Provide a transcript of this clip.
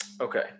okay